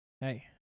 Hey